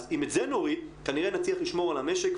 אז אם את זה נוריד, כנראה נצליח לשמור על המשק.